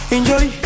Enjoy